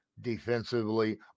Defensively